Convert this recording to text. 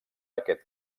aquest